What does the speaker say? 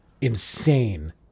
insane